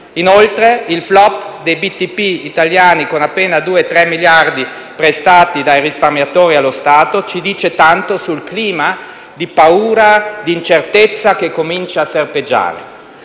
inoltre, il *flop* dei BTP italiani, con appena 2 o 3 miliardi prestati dai risparmiatori allo Stato, ci dice tanto sul clima di paura e incertezza che comincia a serpeggiare.